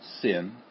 sin